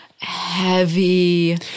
heavy